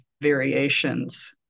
variations